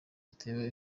zitera